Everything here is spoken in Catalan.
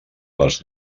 les